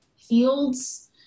fields